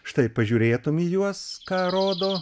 štai pažiūrėtum į juos ką rodo